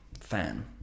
fan